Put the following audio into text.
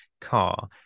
car